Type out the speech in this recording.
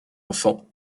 enfants